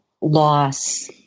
loss